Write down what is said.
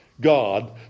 God